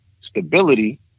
stability